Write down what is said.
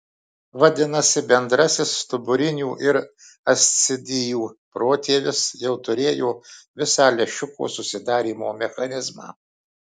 vadinasi bendrasis stuburinių ir ascidijų protėvis jau turėjo visą lęšiuko susidarymo mechanizmą